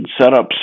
setups